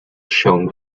shown